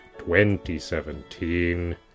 2017